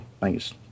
Thanks